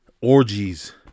Orgies